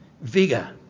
Vigor